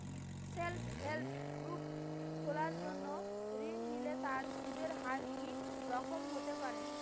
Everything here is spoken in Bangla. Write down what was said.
সেল্ফ হেল্প গ্রুপ খোলার জন্য ঋণ নিলে তার সুদের হার কি রকম হতে পারে?